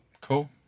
Cool